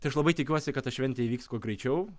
tai aš labai tikiuosi kad ta šventė įvyks kuo greičiau